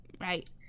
Right